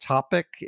topic